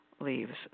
Leaves